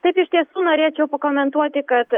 taip iš tiesų norėčiau pakomentuoti kad